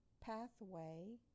Pathway